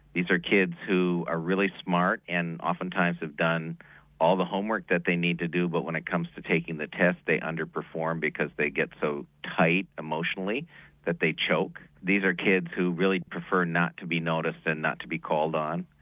these are kids who are really smart and oftentimes have done all the homework that they need to do but when it comes to taking the test they under-perform because they get so tight emotionally that they choke. these are kids who really prefer not to be noticed and not to be called on.